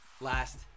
last